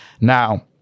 Now